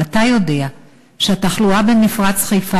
אבל אתה יודע שהתחלואה במפרץ חיפה